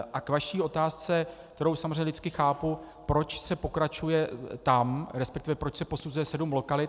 A k vaší otázce, kterou samozřejmě lidsky chápu, proč se pokračuje tam, respektive proč se posuzuje sedm lokalit.